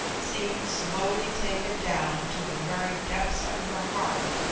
seemed slowly taken down to the very depths of her heart,